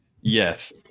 yes